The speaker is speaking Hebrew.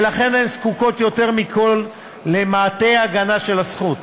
ולכן הן זקוקות יותר מכול למעטה ההגנה של הזכות.